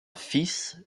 fils